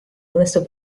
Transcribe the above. õnnestub